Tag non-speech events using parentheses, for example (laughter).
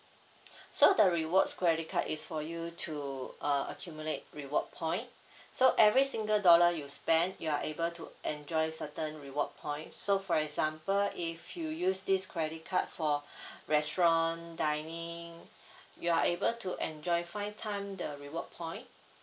(breath) so the rewards credit card is for you to uh accumulate reward point (breath) so every single dollar you spent you are able to enjoy certain reward points so for example if you use this credit card for (breath) restaurant dining (breath) you are able to enjoy five time the reward point